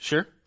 Sure